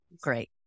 Great